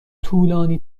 طولانی